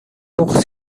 بغض